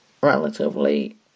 relatively